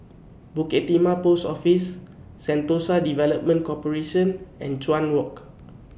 Bukit Timah Post Office Sentosa Development Corporation and Chuan Walk